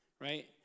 right